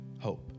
hope